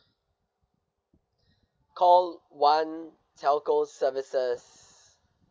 call one telco services